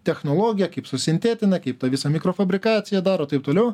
technologija kaip susintetina kaip tą visą mikrofabrikaciją daro taip toliau